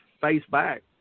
face-back